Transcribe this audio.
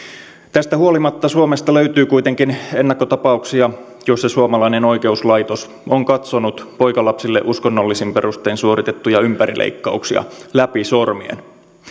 tästä huolimatta suomesta löytyy kuitenkin ennakkotapauksia joissa suomalainen oikeuslaitos on katsonut poikalapsille uskonnollisin perustein suoritettuja ympärileikkauksia läpi sormien